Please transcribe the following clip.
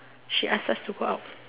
she ask us to go out